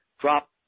Drop